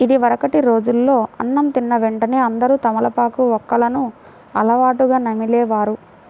ఇదివరకటి రోజుల్లో అన్నం తిన్న వెంటనే అందరూ తమలపాకు, వక్కలను అలవాటుగా నమిలే వారు